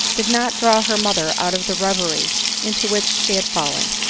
did not draw her mother out of the reverie into which she had fallen.